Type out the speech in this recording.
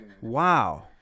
Wow